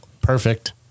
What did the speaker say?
perfect